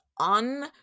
un-